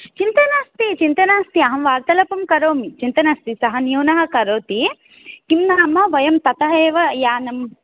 चिन्ता नास्ति चिन्ता नास्ति अहं वार्तालापं करोमि चिन्ता नास्ति सः न्यूनः करोति किन्नाम वयं ततः एव यानम्